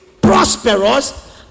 prosperous